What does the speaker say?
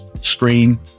screen